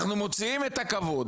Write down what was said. אנחנו מוציאים את הכבוד,